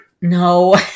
no